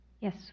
Yes